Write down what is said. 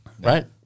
right